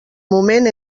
moment